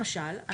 למשל,